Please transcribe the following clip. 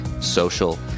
social